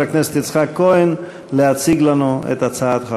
הכנסת יצחק כהן להציג לנו את הצעת החוק.